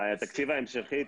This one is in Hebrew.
בתקציב ההמשכי,